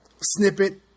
snippet